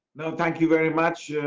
no, thank you very much.